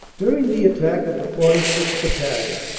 during the attack of the forty sixth. battalion,